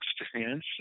experience